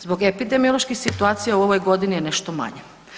Zbog epidemiološke situacije u ovoj godini je nešto manje.